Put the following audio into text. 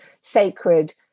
sacred